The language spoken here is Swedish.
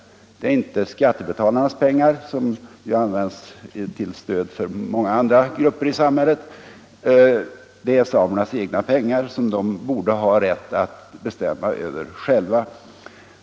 Det är inte skattebetalarnas pengar, som ju använts till stöd för många andra grupper i samhället. Fonden består av samernas egna pengar, som de borde ha rätt att bestämma över själva.